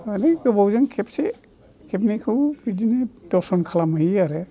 माने गोबावजों खेबसे खेबनैखौ बिदिनो दर्शन खालामनो हौयो आरो